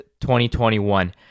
2021